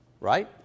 right